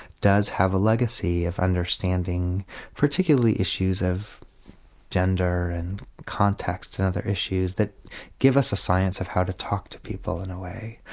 does have a legacy of understanding particularly issues of gender and context and other issues that give us a science of how to talk to people in a way.